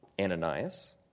Ananias